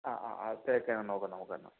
ആ ആ ആ തേക്ക് തന്നെ നോക്കാം നമുക്കെന്നാൽ